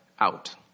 out